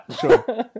Sure